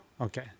Okay